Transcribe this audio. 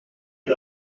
est